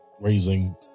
raising